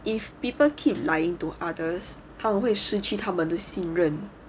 if people keep lying to others 他们会失去他们的信任